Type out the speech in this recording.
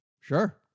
sure